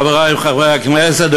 חברי חברי הכנסת,